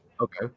Okay